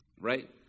Right